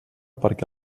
perquè